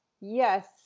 yes